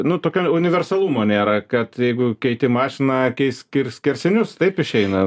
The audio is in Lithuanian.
nu tokio universalumo nėra kad jeigu keiti mašiną keisk ir skersinius taip išeina